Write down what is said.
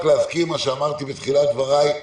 בתחילת דבריי,